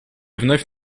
вновь